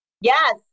Yes